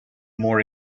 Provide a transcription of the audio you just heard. more